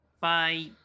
Bye